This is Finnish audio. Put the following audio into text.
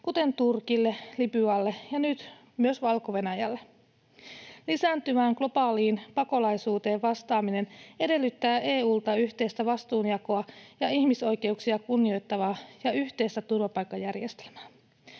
kuten Turkin, Libyan ja nyt myös Valko-Venäjän, käsiin. Lisääntyvään globaaliin pakolaisuuteen vastaaminen edellyttää EU:lta yhteistä vastuunjakoa ja ihmisoikeuksia kunnioittavaa ja yhteistä turvapaikkajärjestelmää.